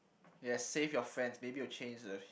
yes save your friends maybe you'll change the